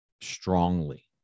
strongly